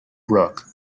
brook